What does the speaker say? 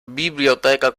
biblioteca